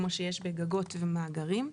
כמו שיש בגגות ומאגרים.